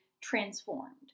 transformed